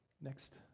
Next